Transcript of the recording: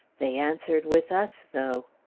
they answered with us, though.